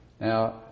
Now